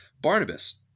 Barnabas